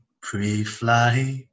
pre-flight